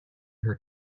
her